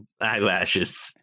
eyelashes